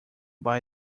buy